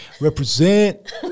represent